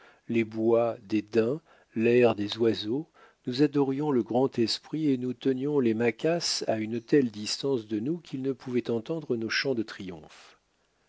les bois des daims l'air des oiseaux nous adorions le grand esprit et nous tenions les maquas à une telle distance de nous qu'ils ne pouvaient entendre nos chants de triomphe